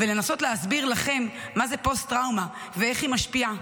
ולנסות להסביר לכם מה זו פוסט-טראומה ואיך היא משפיעה,